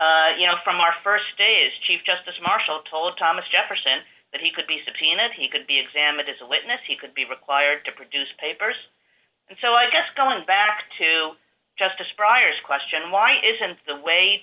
law you know from our st day as chief justice marshall told thomas jefferson that he could be subpoenaed he could be examined as a witness he could be required to produce papers and so i guess going back to justice briar's question why isn't the way